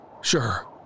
Sure